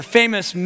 famous